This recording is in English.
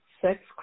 sex